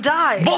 die